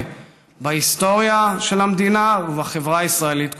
בהיסטוריה של המדינה ובחברה הישראלית כולה.